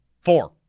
four